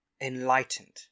enlightened